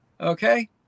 Okay